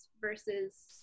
versus